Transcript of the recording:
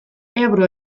ebro